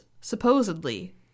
supposedly